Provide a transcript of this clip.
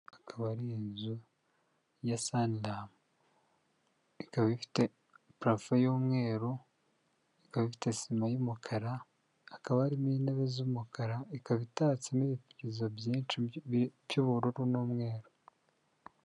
Akaba ari inzu ya Saniramu. Ikaba ifite parafo y'umweru, ikaba ifite sima y'umukara, hakaba harimo intebe z'umukara, ikaba itatsemo ibipirizo byinshi by'ubururu n'umweru.